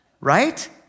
right